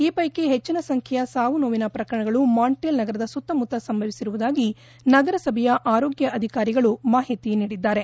ಈ ಪೈಕಿ ಹೆಚ್ಚಿನ ಸಂಖ್ಲೆಯ ಸಾವು ನೋವಿನ ಪ್ರಕರಣಗಳು ಮಾಂಟ್ರಿಯಲ್ ನಗರದ ಸುತ್ತಮುತ್ತ ಸಂಭವಿಸಿರುವುದಾಗಿ ನಗರ ಸಭೆಯ ಆರೋಗ್ನ ಅಧಿಕಾರಿಗಳು ಮಾಹಿತಿ ನೀಡಿದ್ದಾರೆ